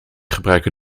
gebruiken